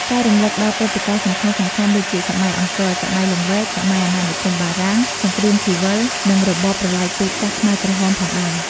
ការរំលឹកដល់ព្រឹត្តិការណ៍សំខាន់ៗ ដូចជាសម័យអង្គរ សម័យលង្វែក សម័យអាណានិគមបារាំង សង្គ្រាមស៊ីវិល និងរបបប្រល័យពូជសាសន៍ខ្មែរក្រហមផងដែរ។